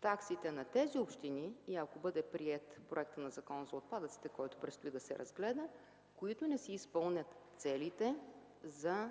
таксите на тези общини, ако бъде приет проектът на Закона за отпадъците, който предстои да се разгледа, които не си изпълнят целите за